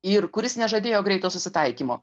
ir kuris nežadėjo greito susitaikymo